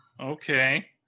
okay